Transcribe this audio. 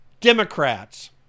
Democrats